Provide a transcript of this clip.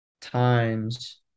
times